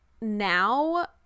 now